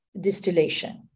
distillation